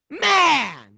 Man